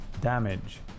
damage